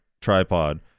tripod